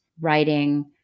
writing